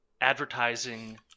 advertising